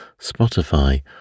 Spotify